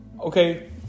okay